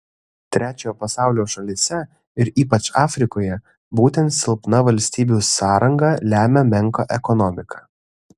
trečiojo pasaulio šalyse ir ypač afrikoje būtent silpna valstybių sąranga lemia menką ekonomiką